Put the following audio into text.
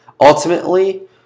ultimately